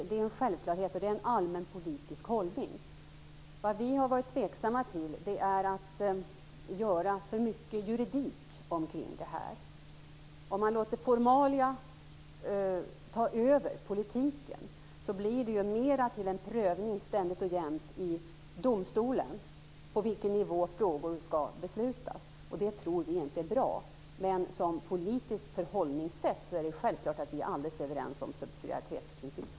Det är en självklarhet, och det är en allmän politisk hållning. Vi har varit tveksamma till att göra för mycket juridik omkring detta. Om man låter formalia ta över politiken blir det ständigt och jämt en prövning i domstolen av på vilken nivå frågor skall beslutas. Det tror vi inte är bra. Men som politiskt förhållningssätt är det självklart att vi är alldeles överens om subsidiaritetsprincipen.